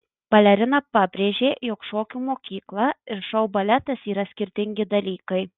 balerina pabrėžė jog šokių mokykla ir šou baletas yra skirtingi dalykai